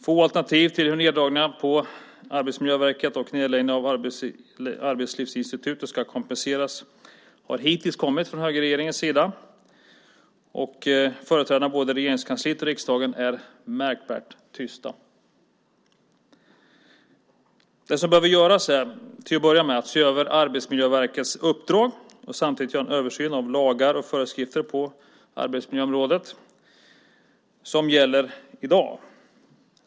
Få alternativ till hur neddragningarna på Arbetsmiljöverket och nedläggningen av Arbetslivsinstitutet ska kompenseras har hittills kommit från högerregeringens sida. Företrädarna i både Regeringskansliet och riksdagen är väldigt tysta. Det som till att börja med behöver göras är att se över Arbetsmiljöverkets uppdrag och samtidigt göra en översyn av lagar och föreskrifter på arbetsmiljöområdet som gäller i dag.